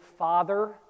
Father